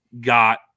got